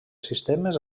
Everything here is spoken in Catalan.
sistemes